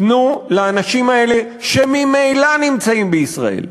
תנו לאנשים האלה, שממילא נמצאים בישראל,